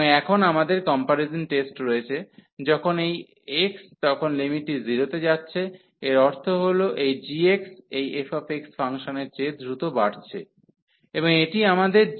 এবং এখন আমাদের কম্পারিজন টেস্ট রয়েছে যখন এই x তখন লিমিটটি 0 তে যাচ্ছে এর অর্থ হল এই g এই f ফাংশনের চেয়ে দ্রুত বাড়ছে এবং এটি আমাদের g এখানে 1x2